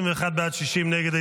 51 בעד, 60 נגד.